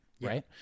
right